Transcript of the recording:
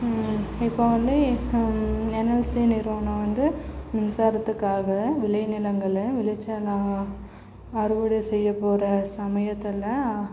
இப்போ வந்து என்எல்சி நிறுவனம் வந்து மின்சாரத்துக்காக விளைநிலங்களில் விளைச்சலை அறுவடை செய்ய போகிற சமயத்தில்